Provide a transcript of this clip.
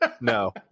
No